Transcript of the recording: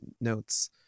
notes